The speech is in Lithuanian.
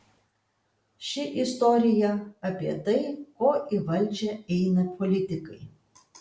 ši istorija apie tai ko į valdžią eina politikai